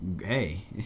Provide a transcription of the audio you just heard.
Hey